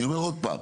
אני אומר עוד פעם,